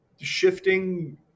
shifting